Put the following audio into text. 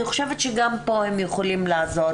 אני חושבת שגם פה הם יכולים לעזור.